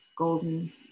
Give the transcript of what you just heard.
Golden